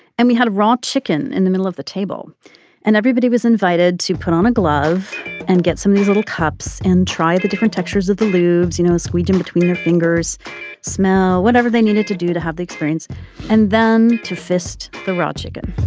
and we had a raw chicken in the middle of the table and everybody was invited to put on a glove and get some nice little cups and try the different textures of the lube. you know squeezed in between your fingers smell whatever they needed to do to have the experience and then to fist the raw chicken